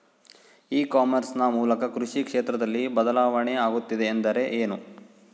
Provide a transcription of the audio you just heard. E commerce ನ ಮೂಲಕ ಕೃಷಿ ಕ್ಷೇತ್ರದಲ್ಲಿ ಬದಲಾವಣೆ ಆಗುತ್ತಿದೆ ಎಂದರೆ ಏನು?